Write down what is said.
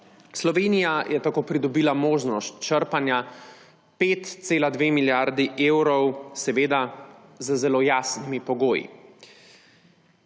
Slovenija je tako pridobila možnost črpanja 5,2 milijardi evrov, seveda z zelo jasnimi pogoji.